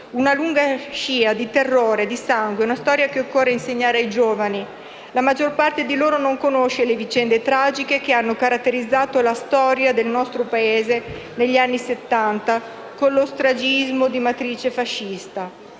Una lunga scia di terrore e di sangue, una storia che occorre insegnare ai giovani; la maggior parte di loro non conosce infatti le vicende tragiche che hanno caratterizzato la storia del nostro Paese negli anni Settanta, con lo stragismo di matrice fascista.